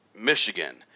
Michigan